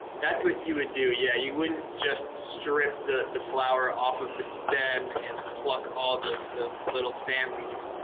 that's what you would do, yeah. you wouldn't just strip the the flower off of the stem and pluck all the the little fan leaves.